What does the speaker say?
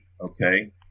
okay